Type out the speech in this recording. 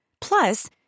Plus